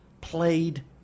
played